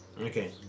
Okay